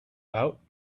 out